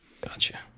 gotcha